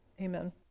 Amen